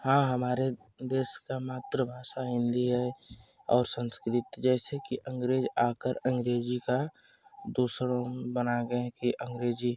हाँ हमारे देश का मातृभाषा हिन्दी है और संस्कृत जैसे कि अंग्रेज आकर अंग्रेजी का दूसरों बना गए हैं कि अंग्रेजी